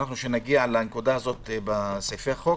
כשנגיע לנקודה הזאת בסעיפי החוק,